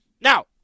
Now